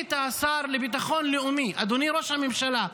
שמינית שר לביטחון לאומי, אדוני ראש הממשלה,